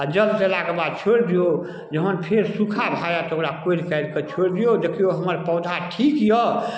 आओर जल देलाके बाद छोड़ि दियौ जहन फेर सुखा भए जायत तऽ ओकरा कोरि कारिकऽ छोड़ि दियौ दखियौ हमर पौधा ठीक यऽ